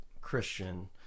christian